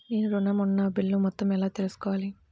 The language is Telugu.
నేను ఋణం ఉన్న బిల్లు మొత్తం ఎలా తెలుసుకోవాలి?